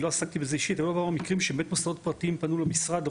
אבל לא עסקתי בזה אישית שמוסדות פרטיים פנו למשרד,